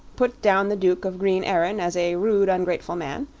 put down the duke of green-erin as a rude, ungrateful man,